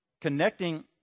connecting